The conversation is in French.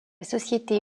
société